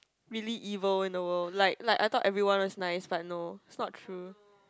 really evil in the world like like I thought everyone was nice but no it's not true